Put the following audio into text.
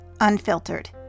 unfiltered